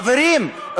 חברים,